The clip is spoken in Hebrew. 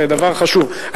זה דבר חשוב,